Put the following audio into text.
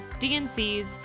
dncs